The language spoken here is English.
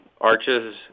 Arches